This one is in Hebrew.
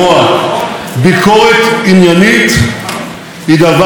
ביקורת עניינית היא דבר הכרחי,